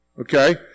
Okay